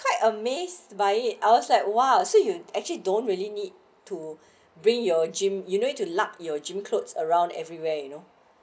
quite amazed by it I was like !wow! so you actually don't really need to bring your gym you need to lug your gym clothes around everywhere you know